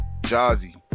Jazzy